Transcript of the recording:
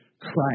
Christ